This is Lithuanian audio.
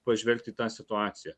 pažvelgti į tą situaciją